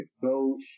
coach